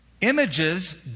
images